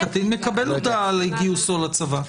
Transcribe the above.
הקטין מקבל הודעה על גיוסו לצבא.